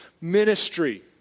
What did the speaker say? ministry